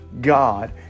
God